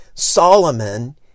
Solomon